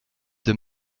the